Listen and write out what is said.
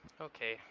Okay